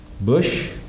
Bush